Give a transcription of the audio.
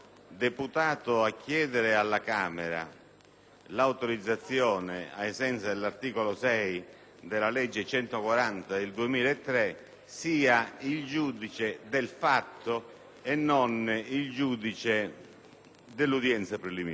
l'autorizzazione ai sensi dell'articolo 6 della legge n. 140 del 2003 sia il giudice del fatto e non il giudice dell'udienza preliminare.